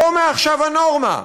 זו מעכשיו הנורמה,